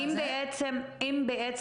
בוקר טוב,